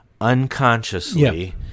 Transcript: unconsciously